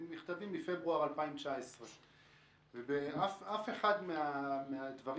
אלה מכתבים מפברואר 2019. באף אחד מהמכתבים